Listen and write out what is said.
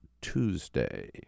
Tuesday